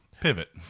Pivot